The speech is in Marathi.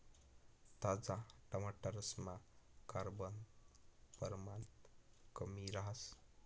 ताजा टमाटरसमा कार्ब नं परमाण कमी रहास